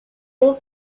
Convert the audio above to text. all